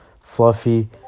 fluffy